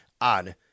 on